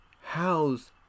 house